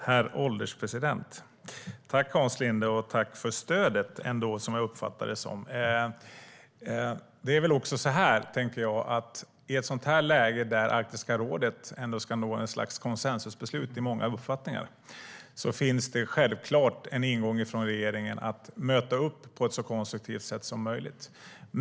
Herr ålderspresident! Jag tackar Hans Linde för stödet, som jag ändå uppfattar det som. Det är väl också så, tänker jag, att det i ett läge där Arktiska rådet ska nå ett slags konsensusbeslut i många uppfattningar självklart finns en ingång från regeringen att möta upp på ett så konstruktivt sätt som möjligt.